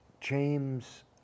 James